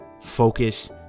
focus